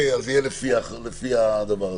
זה יהיה לפי הדבר הזה.